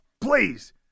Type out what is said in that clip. Please